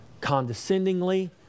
condescendingly